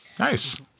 Nice